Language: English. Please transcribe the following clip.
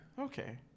okay